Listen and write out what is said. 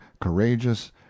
courageous